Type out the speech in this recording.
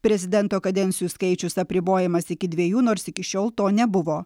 prezidento kadencijų skaičius apribojamas iki dvejų nors iki šiol to nebuvo